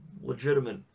legitimate